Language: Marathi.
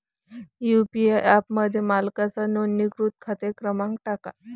यू.पी.आय ॲपमध्ये मालकाचा नोंदणीकृत खाते क्रमांक टाका